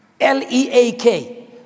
L-E-A-K